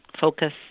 focus